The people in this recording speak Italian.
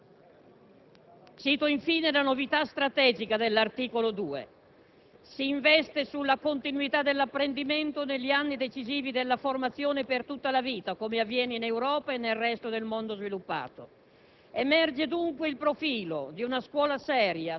Cito infine la novità strategica di cui all'articolo 2: si investe sulla continuità dell'apprendimento negli anni decisivi della formazione e per tutta la vita, come avviene in Europa e nel resto del mondo sviluppato.